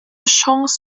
chance